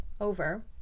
over